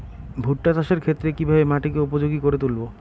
ভুট্টা চাষের ক্ষেত্রে কিভাবে মাটিকে উপযোগী করে তুলবো?